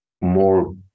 more